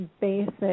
basic